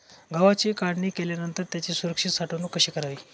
गव्हाची काढणी केल्यानंतर त्याची सुरक्षित साठवणूक कशी करावी?